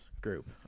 group